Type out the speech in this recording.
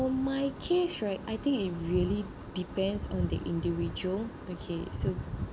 for my case right I think it really depends on the individual okay so